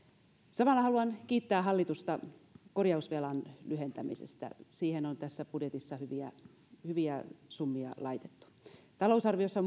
samalla haluan kiittää hallitusta korjausvelan lyhentämisestä siihen on tässä budjetissa hyviä hyviä summia laitettu talousarviossa